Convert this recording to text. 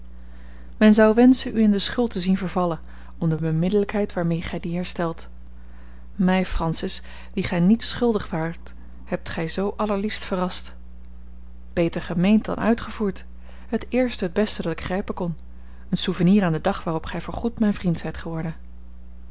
men zou wenschen u in de schuld te zien vervallen om de beminnelijkheid waarmee gij die herstelt mij francis wien gij niets schuldig waart hebt gij zoo allerliefst verrast beter gemeend dan uitgevoerd het eerste het beste dat ik grijpen kon een souvenir aan den dag waarop gij voor goed mijn vriend zijt geworden